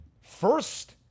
first